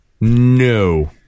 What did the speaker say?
No